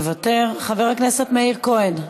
מוותר, חבר הכנסת מאיר כהן,